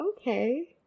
okay